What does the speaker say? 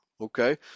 Okay